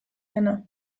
dena